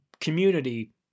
community